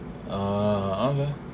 ah okay